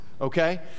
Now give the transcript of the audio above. okay